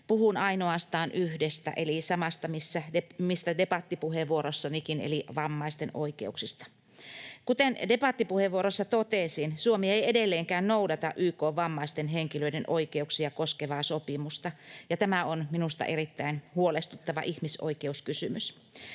puhun ainoastaan yhdestä — samasta, mistä debattipuheenvuorossanikin eli vammaisten oikeuksista. Kuten debattipuheenvuorossa totesin, Suomi ei edelleenkään noudata YK:n vammaisten henkilöiden oikeuksia koskevaa sopimusta ja tämä on minusta erittäin huolestuttava ihmisoikeuskysymys.